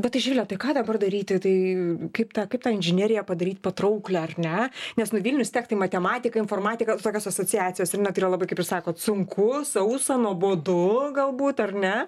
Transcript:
bet tai živile tai ką dabar daryti tai kaip tą kaip tą inžineriją padaryt patrauklią ar ne nes nu vilnius tech tai matematika informatika nu tokios asociacijos ir na tai yra labai kaip ir sakot sunku sausa nuobodu galbūt ar ne